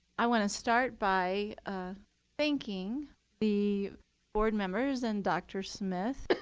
i want to start by thanking the board members and dr. smith,